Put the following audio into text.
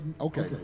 okay